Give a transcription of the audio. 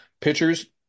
pitchers